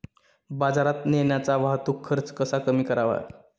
बाजारात नेण्याचा वाहतूक खर्च कसा कमी करावा?